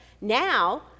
now